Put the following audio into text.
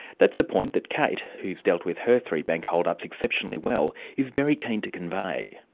that's a point that kate, who's dealt with her three bank hold-ups exceptionally well, is very keen to convey.